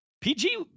PG